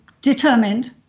determined